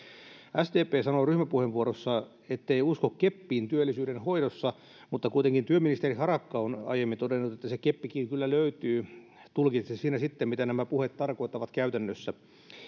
sdp sanoi ryhmäpuheenvuorossaan ettei usko keppiin työllisyyden hoidossa mutta kuitenkin työministeri harakka on aiemmin todennut että se keppikin kyllä löytyy tulkitse siinä sitten mitä nämä puheet tarkoittavat käytännössä